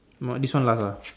not this one last lah